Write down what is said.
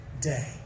day